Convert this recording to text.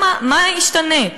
מה ישתנה?